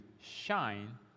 shine